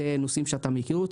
אלה נושאים שאתה מכיר.